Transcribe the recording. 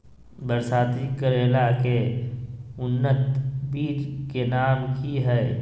बरसाती करेला के उन्नत बिज के नाम की हैय?